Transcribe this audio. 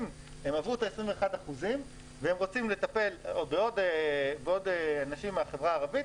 אם הם עברו את ה-21% והם רוצים לטפל בעוד אנשים מהחברה הערבית,